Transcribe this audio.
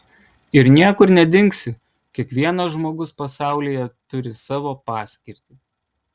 ir niekur nedingsi kiekvienas žmogus pasaulyje turi savo paskirtį